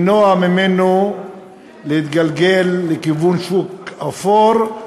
למנוע ממנו להתגלגל לכיוון שוק אפור,